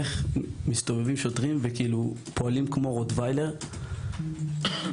איך מסתובבים שוטרים ופועלים כמו רוטווילר כלפיי.